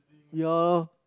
ya